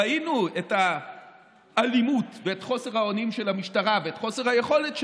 ראינו את האלימות ואת חוסר האונים של המשטרה ואת חוסר היכולת שלה.